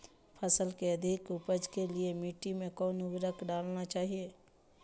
फसल के अधिक उपज के लिए मिट्टी मे कौन उर्वरक डलना चाइए?